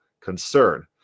concern